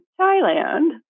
Thailand